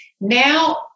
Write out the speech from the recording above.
Now